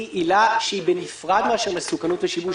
היא עילה שהיא בנפרד מאשר מסוכנות ושיבוש.